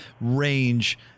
range